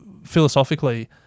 philosophically